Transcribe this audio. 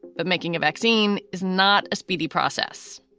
but making a vaccine is not a speedy process